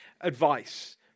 advice